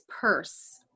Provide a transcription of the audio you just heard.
purse